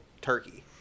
turkey